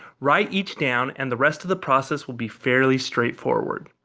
write each down and the rest of the process will be fairly straightforward.